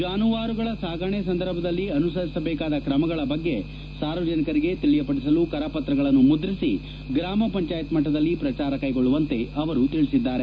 ಜಾನುವಾರ ಸಾಗಾಣಿಕೆ ಸಂದರ್ಭದಲ್ಲಿ ಅನುಸರಿಸಬೇಕಾದ ತ್ರಮಗಳ ಬಗ್ಗೆ ಸಾರ್ವಜನಿಕರಿಗೆ ತಿಳಿಯಪಡಿಸಲು ಕರ ಪತ್ರಗಳನ್ನು ಮುದ್ರಿಸಿ ಗ್ರಾಮ ಪಂಚಾಯತ್ ಮಟ್ಟದಲ್ಲಿ ಪ್ರಚಾರ ಕೈಗೊಳ್ಳುವಂತೆ ತಿಳಿಸಿದ್ದಾರೆ